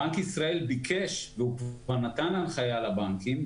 בנק ישראל ביקש, והוא כבר נתן הנחיה לבנקים.